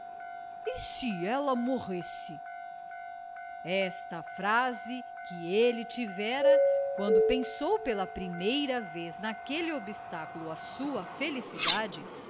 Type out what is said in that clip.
se ela morresse esta frase que ele tivera quando pensou pela primeira vez naquele obstáculo à sua felicidade